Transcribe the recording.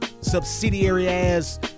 subsidiary-ass